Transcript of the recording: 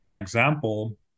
example